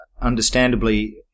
understandably